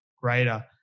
Greater